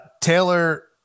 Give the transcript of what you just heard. Taylor